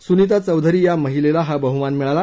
सुनीता चौधरी या महिलेला हा बहुमान मिळाला